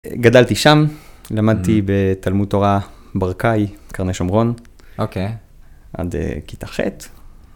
גדלתי שם, למדתי בתלמוד תורה ברכאי, קרני שומרון, עד כיתה ח'